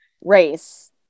race